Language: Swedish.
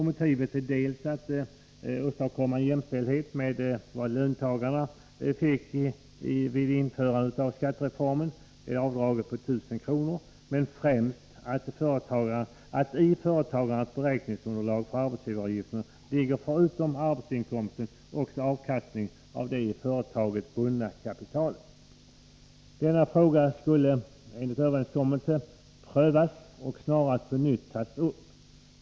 Motivet är delvis att åstadkomma jämställdhet med vad löntagarna fick vid införandet av skattereformen i form av avdraget på 1 000 kr., men främst att i företagarnas beräkningsunderlag för arbetsgivaravgiften ligger förutom arbetsinkomsten också avkastningen av det i företaget bundna kapitalet. Denna fråga skulle enligt överenskommelsen prövas och snarast på nytt tas upp.